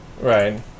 Right